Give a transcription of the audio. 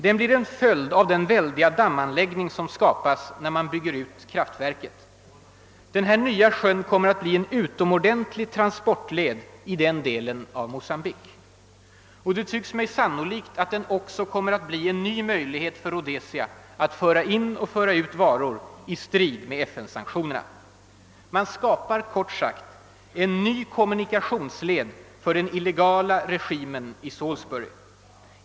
Den blir en följd av den väldiga dammanläggning som skapas när man bygger ut kraftverket. Den kommer att bli en utomordentlig transportled i den delen av Mocambique. Det tycks mig sannolikt att den också kommer att bli en ny möjlighet för Rhodesia att föra in och ut varor i strid med FN-sanktionerna. Man skapar kort sagt en ny kommunikationsled för den illegala regimen i Salisbury.